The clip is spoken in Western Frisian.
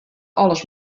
alles